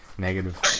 negative